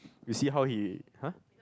you see how he !huh!